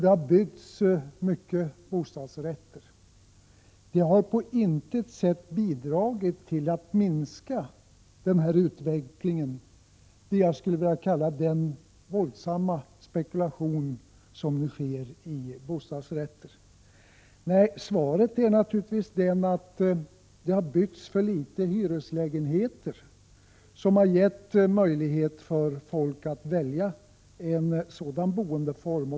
Det har byggts mycket bostadsrättslägenheter. Det har på intet sätt bidragit till att minska vad jag skulle vilja kalla den våldsamma spekulationen i bostadsrätter. Svaret är naturligtvis att det har byggts för litet hyreslägenheter, som skulle ha gett folk möjlighet att välja en sådan boendeform.